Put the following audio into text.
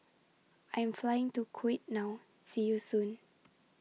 I Am Flying to Kuwait now See YOU Soon